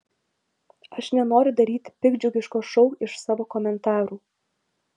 aš nenoriu daryti piktdžiugiško šou iš savo komentarų